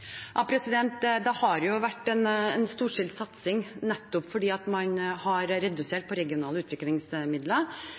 Det har vært en storstilt satsing nettopp fordi man har redusert